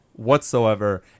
whatsoever